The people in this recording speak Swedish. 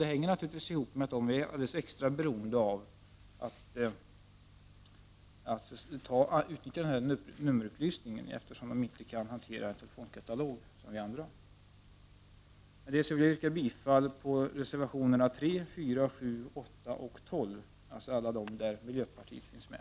Det hänger naturligtvis ihop med att handikappade är alldeles extra beroende av att utnyttja nummerupplysningen, eftersom de inte kan hantera en telefonkatalog som vi andra. Med det vill jag yrka bifall till reservationerna 3, 4, 7, 8 och 12, alltså till alla dem där mitt namn finns med.